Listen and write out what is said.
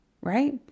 Right